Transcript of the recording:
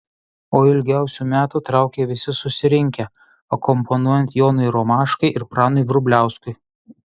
o ilgiausių metų traukė visi susirinkę akompanuojant jonui romaškai ir pranui vrubliauskui